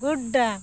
ᱜᱩᱰᱰᱟ